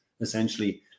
essentially